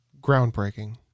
groundbreaking